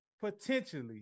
potentially